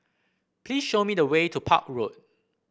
please show me the way to Park Road